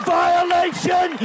violation